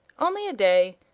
only a day.